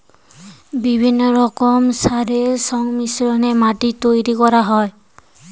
বিভিন্ন রকমের সারের সংমিশ্রণে মাটি তৈরি করা হয়